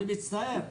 אני מצטער,